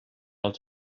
els